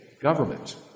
government